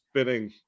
spinning